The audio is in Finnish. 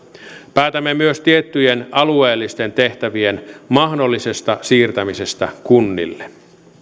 päätämme myös tiettyjen alueellisten tehtävien mahdollisesta siirtämisestä kunnille